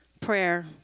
prayer